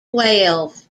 twelve